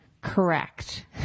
correct